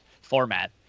format